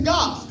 God